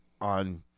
on